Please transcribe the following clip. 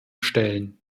stellen